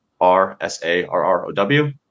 R-S-A-R-R-O-W